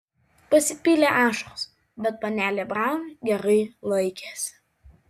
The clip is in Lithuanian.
pasipylė ašaros bet panelė braun gerai laikėsi